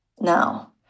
now